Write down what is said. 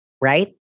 Right